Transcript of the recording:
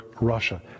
Russia